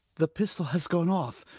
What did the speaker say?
the pistol has gone off.